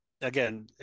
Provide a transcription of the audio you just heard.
again